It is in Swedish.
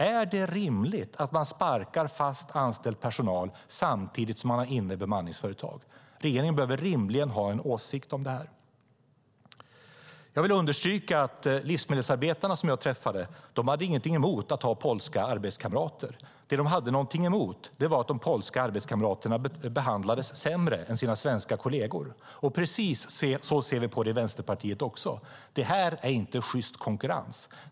Är det rimligt att man sparkar fast anställd personal samtidigt som man har bemanningsföretag inne? Regeringen bör rimligen ha en åsikt om det här. Jag vill understryka att livsmedelsarbetarna som jag träffade inte hade något emot att ha polska arbetskamrater. Det de hade något emot var att de polska arbetskamraterna behandlades sämre än sina svenska kolleger. Precis så ser vi på det i Vänsterpartiet. Det här är inte sjyst konkurrens.